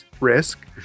risk